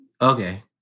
Okay